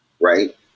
right